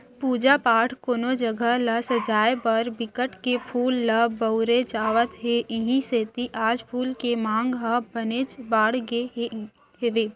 पूजा पाठ, कोनो जघा ल सजाय बर बिकट के फूल ल बउरे जावत हे इहीं सेती आज फूल के मांग ह बनेच बाड़गे गे हे